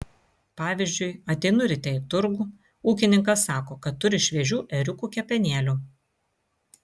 pavyzdžiui ateinu ryte į turgų ūkininkas sako kad turi šviežių ėriukų kepenėlių